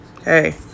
hey